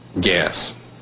gas